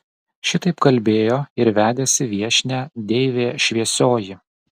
šitaip kalbėjo ir vedėsi viešnią deivė šviesioji